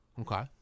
Okay